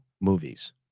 movies